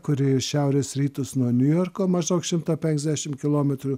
kuri į šiaurės rytus nuo niujorko maždaug šimtą penkiasdešim kilometrų